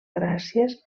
gràcies